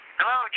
Hello